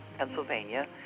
Pennsylvania